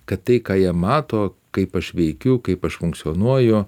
kad tai ką jie mato kaip aš veikiu kaip aš funkcionuoju